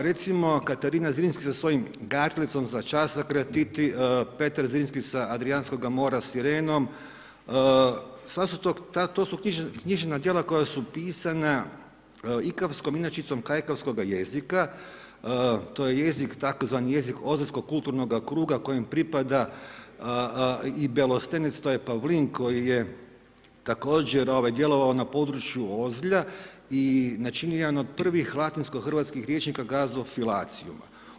Recimo Katarina Zrinski sa svojom Gartlicom za čas kratiti, Petar Zrinski sa Adrijanskoga mora Sirenom, sva su to, to su književna djela koja su pisana ikavskom inačicom kajkavskoga jezika, to je jezik, tzv. jezik, ozaljskog kulturnoga kruga kojem pripada i Belostenec Pavlin koji je također djelovao na području Ozlja i načinio jedan od prvih latinsko-hrvatskih rječnika Gazophylacium.